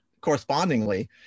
correspondingly